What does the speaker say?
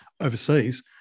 overseas